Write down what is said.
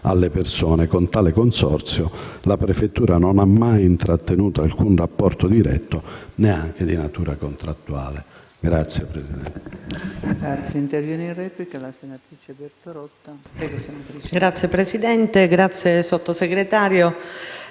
alle persone. Con tale consorzio la prefettura non ha mai intrattenuto alcun rapporto diretto, neanche di natura contrattuale.